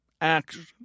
action